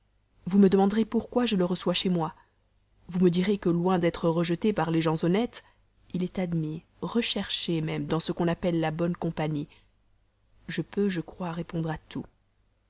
vous me demanderez pourquoi je le reçois chez moi vous me direz que loin d'être rejeté par les gens honnêtes il est admis recherché même dans ce qu'on appelle la bonne compagnie je peux je crois répondre à tout